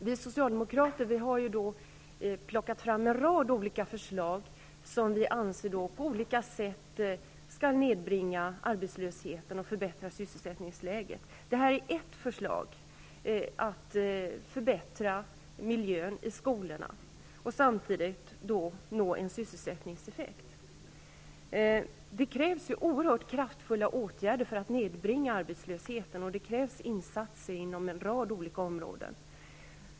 Vi socialdemokrater har plockat fram en rad förslag, som vi anser på olika sätt skall nedbringa arbetslösheten och förbättra sysselsättningsläget. Ett förslag är att förbättra miljön i skolorna och då samtidigt nå en sysselsättningseffekt. Det krävs oerhört kraftfulla åtgärder för att nedbringa arbetslösheten, och det krävs insatser inom en rad olika områden.